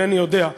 אינני יודע,